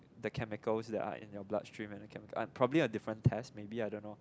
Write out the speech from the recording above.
the chemicals that are in your blood stream are probably a different test maybe I don't know